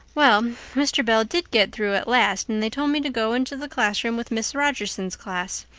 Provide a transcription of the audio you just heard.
well, mr. bell did get through at last and they told me to go into the classroom with miss rogerson's class.